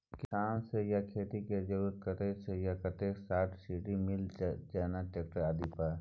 किसान से आ खेती से जुरल कतय से आ कतेक सबसिडी मिलत, जेना ट्रैक्टर आदि पर?